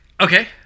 Okay